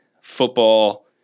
football